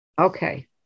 Okay